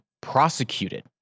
prosecuted